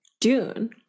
Dune